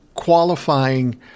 qualifying